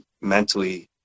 mentally